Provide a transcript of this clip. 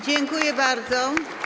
Dziękuję bardzo.